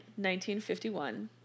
1951